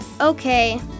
Okay